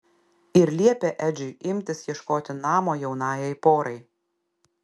ir liepė edžiui imtis ieškoti namo jaunajai porai